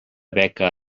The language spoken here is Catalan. beca